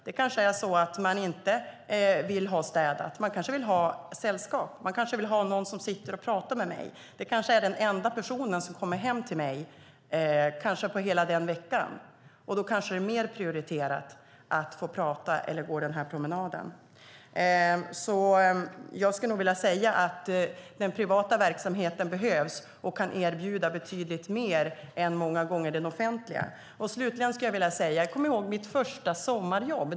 Man kanske inte vill ha städat; man kanske vill ha sällskap. Man kanske vill ha någon att sitta och prata med. Det kanske är den enda person som kommer hem till en på hela veckan. Då kan det vara mer prioriterat att prata eller gå en promenad. Jag vill säga att den privata verksamheten behövs och kan många gånger erbjuda betydligt mer än den offentliga. Jag kommer ihåg mitt första sommarjobb.